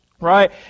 right